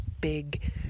big